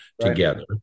together